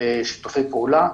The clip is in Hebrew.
בשיתופי פעולה,